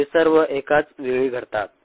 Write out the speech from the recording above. ते सर्व एकाच वेळी घडतात